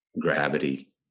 Gravity